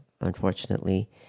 unfortunately